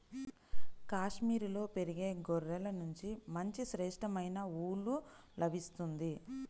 కాశ్మీరులో పెరిగే గొర్రెల నుంచి మంచి శ్రేష్టమైన ఊలు లభిస్తుంది